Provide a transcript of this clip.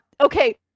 Okay